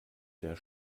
der